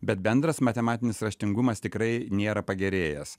bet bendras matematinis raštingumas tikrai nėra pagerėjęs